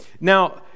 Now